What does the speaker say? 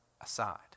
aside